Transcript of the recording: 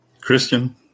Christian